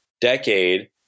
decade